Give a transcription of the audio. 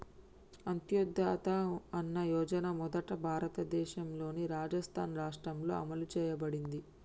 అంత్యోదయ అన్న యోజన మొదట భారతదేశంలోని రాజస్థాన్ రాష్ట్రంలో అమలు చేయబడింది